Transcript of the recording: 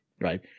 right